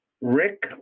Rick